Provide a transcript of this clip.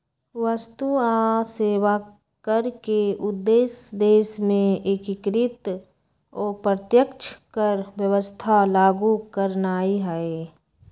वस्तु आऽ सेवा कर के उद्देश्य देश में एकीकृत अप्रत्यक्ष कर व्यवस्था लागू करनाइ हइ